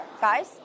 Guys